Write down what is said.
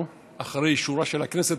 אחרי אישורה של הכנסת,